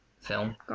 film